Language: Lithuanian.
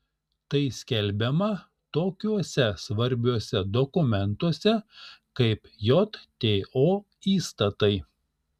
tai skelbiama tokiuose svarbiuose dokumentuose kaip jto įstatai